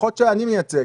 לפחות זה שאני מייצג,